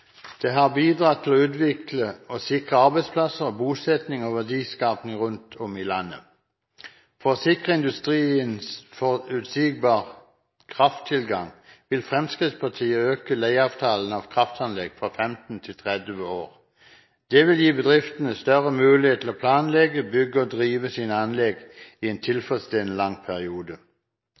Det har bidratt til å utvikle og sikre arbeidsplasser, bosetting og verdiskaping rundt om i landet. For å sikre industrien forutsigbar krafttilgang vil Fremskrittspartiet øke leieavtalen av kraftanlegg fra 15 til 30 år. Det vil gi bedriftene større mulighet til å planlegge, bygge og drive sine anlegg i en tilfredsstillende lang periode.